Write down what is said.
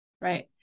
Right